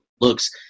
looks